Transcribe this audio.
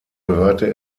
gehörte